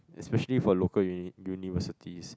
especially for local uni universities